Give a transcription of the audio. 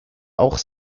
auch